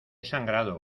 sangrado